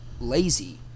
lazy